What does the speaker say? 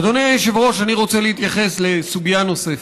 אדוני היושב-ראש, אני רוצה להתייחס לסוגיה נוספת: